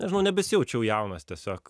nežinau nebesijaučiau jaunas tiesiog